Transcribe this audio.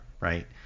right